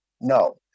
no